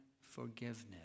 forgiveness